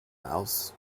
mouse